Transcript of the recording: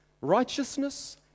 righteousness